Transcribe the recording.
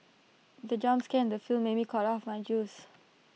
the jump scare in the film made me cough out my juice